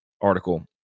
article